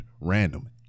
RANDOM